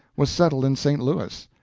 was settled in st. louis.